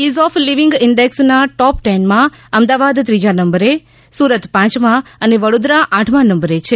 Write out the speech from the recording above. is of living ઇન્ડેક્સના top ટેનમાં અમદાવાદ ત્રીજા નંબરે સુરત પાંચમા અને વડોદરા આઠમા નંબરે છે